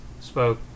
spoke